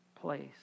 place